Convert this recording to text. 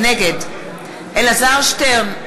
נגד אלעזר שטרן,